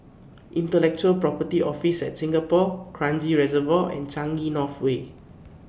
Intellectual Property Office At Singapore Kranji Reservoir and Changi North Way